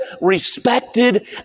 respected